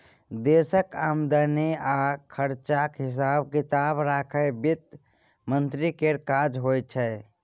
देशक आमदनी आ खरचाक हिसाब किताब राखब बित्त मंत्री केर काज होइ छै